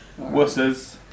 Wusses